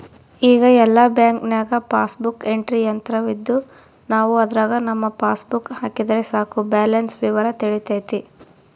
ಈಗ ಎಲ್ಲ ಬ್ಯಾಂಕ್ನಾಗ ಪಾಸ್ಬುಕ್ ಎಂಟ್ರಿ ಯಂತ್ರವಿದ್ದು ನಾವು ಅದರಾಗ ನಮ್ಮ ಪಾಸ್ಬುಕ್ ಹಾಕಿದರೆ ಸಾಕು ಬ್ಯಾಲೆನ್ಸ್ ವಿವರ ತಿಳಿತತೆ